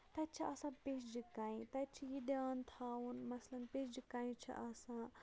تَتہِ چھےٚ آسان پِشجہِ کَنہِ تَتہِ چھِ یہِ دیان تھاوُن مَثلَن پِشجہِ کَنہِ چھےٚ آسان